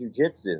Jujitsu